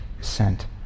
sent